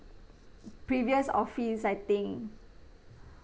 mm previous office I think